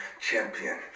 Champion